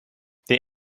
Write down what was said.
the